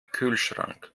kühlschrank